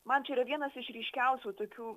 man čia yra vienas iš ryškiausių tokių